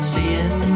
Seeing